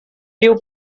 dew